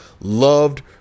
loved